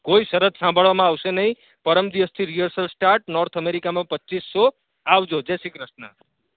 કોઈ શરત સાંભળવામાં આવશે નહીં પરમ દિવસથી રિહર્સલ સ્ટાર્ટ નોર્થ અમેરિકામાં પચીસ શો આવજો જય શ્રી કૃષ્ણ